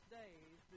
days